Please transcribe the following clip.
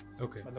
Okay